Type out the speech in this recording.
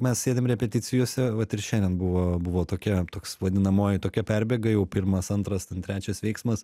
mes sėdim repeticijose vat ir šiandien buvo buvo tokia toks vadinamoji tokia perbėga jau pirmas antras ten trečias veiksmas